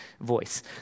voice